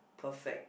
perfect